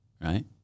Right